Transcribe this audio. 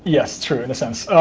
yes, true, in a sense.